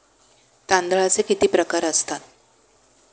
तांदळाचे किती प्रकार असतात?